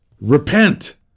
repent